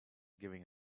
giving